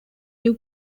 new